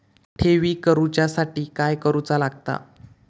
ठेवी करूच्या साठी काय करूचा लागता?